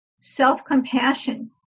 self-compassion